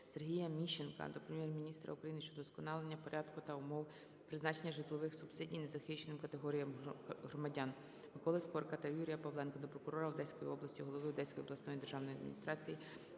Сергія Міщенка до Прем'єр-міністра України щодо удосконалення порядку та умов призначення житлових субсидій незахищеним категоріям громадян. Миколи Скорика та Юрія Павленка до прокурора Одеської області, голови Одеської обласної державної адміністрації